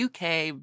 UK